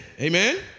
Amen